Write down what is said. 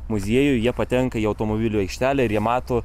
muziejų jie patenka į automobilių aikštelę ir jie mato